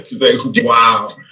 wow